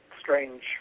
strange